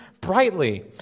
brightly